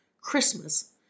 Christmas